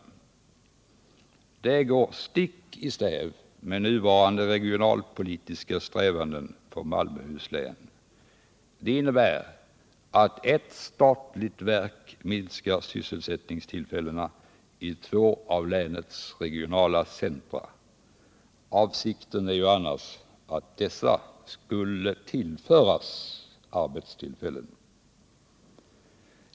Denna sammanläggning går stick i stäv med nuvarande regionalpolitiska strävanden för Malmöhus län, och den innebär att ett statligt verk minskar sysselsättningstillfällena i två av länets regionala centra. Avsikten var ju i stället att dessa skulle tillföras arbetstillfällen.